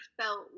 felt